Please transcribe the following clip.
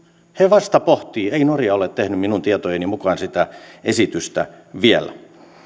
he vasta pohtivat ei norja ole tehnyt minun tietojeni mukaan siitä esitystä vielä